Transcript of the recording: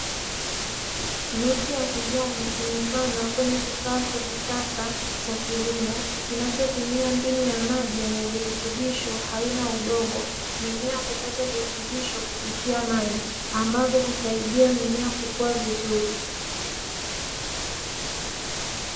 miche Noti ya kijani imepanda kwenye kifaa cha kisasa cha kilimo kinachotumia mbinu ya maji yenye virutubisho haina udongo mimea hupata virutubisho kupitia maji ambapo husaidia mimea kuvaa vizuri